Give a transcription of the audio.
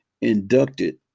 inducted